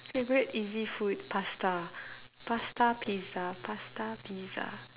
favorite easy food pasta pasta pizza pasta pizza